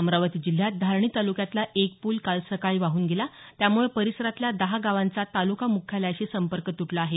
अमरावती जिल्ह्यात धारणी तालुक्यातला एक पूल काल सकाळी वाहून गेला त्यामुळे परिसरातल्या दहा गावांचा तालुका मुख्यालयाशी संपर्क तुटला आहे